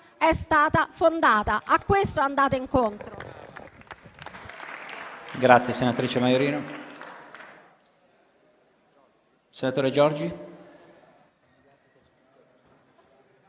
è stata fondata». A questo andate incontro.